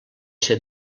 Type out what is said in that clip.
ser